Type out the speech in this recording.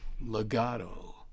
Legato